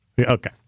okay